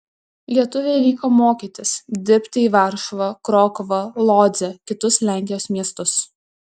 lietuviai vyko mokytis dirbti į varšuvą krokuvą lodzę kitus lenkijos miestus